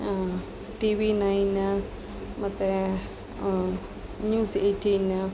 T V nine ಮತ್ತೆ news eighteen